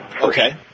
Okay